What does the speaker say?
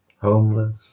homeless